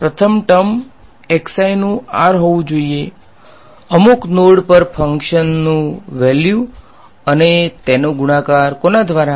પ્રથમ ટર્મ નુ r હોવુ જોઈએ અમુક નોડ પર ફંક્શનનુ વેલ્યુ અને તેનો ગુણાકાર કોના દ્વારા